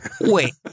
wait